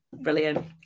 Brilliant